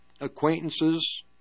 acquaintances